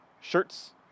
shirts